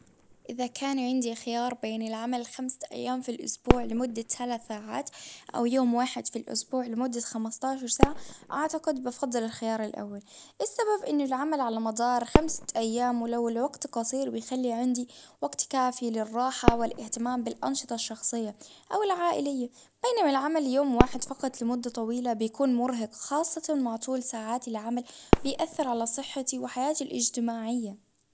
إذا كان عندي خيار بين العمل خمس أيام في الإسبوع لمدة ثلاث ساعات، أو يوم واحد في الإسبوع لمدة خمسة عشر ساعة، أعتقد بفضل الخيار الاول، السبب إنه العمل على مدار خمسة أيام ولو الوقت قصير بيخلي عندي وقت كافي للراحة والإهتمام بالأنشطة الشخصية، أو بينما العمل يوم واحد فقط لمدة طويلة، بيكون مرهق خاصة مع طول ساعات العمل بيأثر على صحتي وحياتي الاجتماعية.